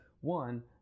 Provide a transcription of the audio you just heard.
one